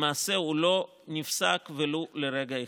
הוא למעשה לא נפסק ולו לרגע אחד.